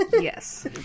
yes